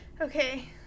Okay